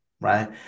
right